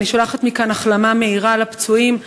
ואני שולחת מכאן ברכת החלמה מהירה לפצועים.